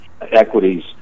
equities